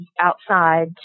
outside